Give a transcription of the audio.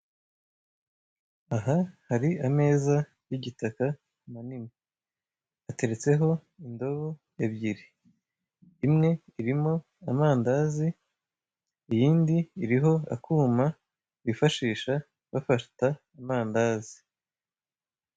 Aha hari ameza y'igitaka manini hateretseho indobo ebyiri imwe irimo amandazi iyindi iriho akuma bifashisha bafata amandazi.